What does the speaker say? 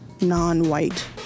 non-white